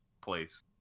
place